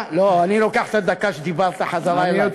לא, אני לוקח את הדקה שדיברת חזרה אלי.